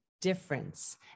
difference